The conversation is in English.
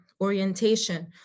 orientation